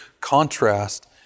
contrast